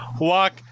Walk